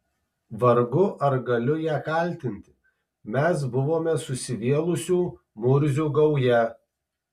vargu ar galiu ją kaltinti mes buvome susivėlusių murzių gauja